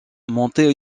montée